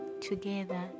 together